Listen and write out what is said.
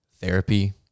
therapy